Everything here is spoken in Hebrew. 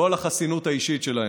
לא על החסינות האישית שלהם.